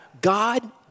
God